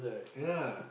ya